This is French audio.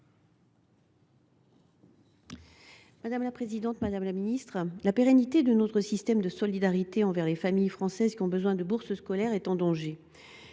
des Français de l’étranger. La pérennité de notre système de solidarité envers les familles françaises qui ont besoin de bourses scolaires est en danger.